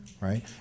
Right